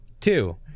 Two